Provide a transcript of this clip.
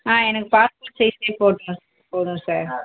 ஆ எனக்கு பாஸ்போர்ட் சைஸே போட்ருங்க போதும் சார்